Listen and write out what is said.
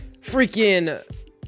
freaking